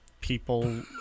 people